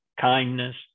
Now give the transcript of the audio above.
kindness